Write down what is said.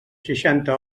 seixanta